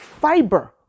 fiber